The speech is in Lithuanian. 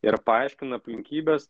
ir paaiškina aplinkybes